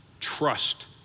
trust